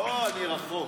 אוהו, אני רחוק.